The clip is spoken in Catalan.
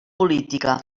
política